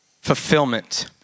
fulfillment